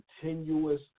continuous